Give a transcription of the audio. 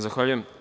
Zahvaljujem.